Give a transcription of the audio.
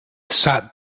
sat